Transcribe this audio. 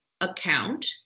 account